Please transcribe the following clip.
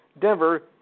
Denver